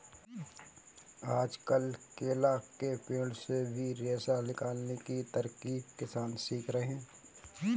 आजकल केला के पेड़ से भी रेशा निकालने की तरकीब किसान सीख रहे हैं